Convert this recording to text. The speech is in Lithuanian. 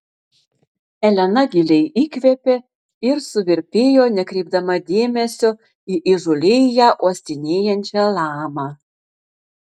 elena giliai įkvėpė ir suvirpėjo nekreipdama dėmesio į įžūliai ją uostinėjančią lamą